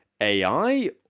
AI